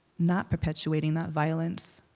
not perpetuating that violence.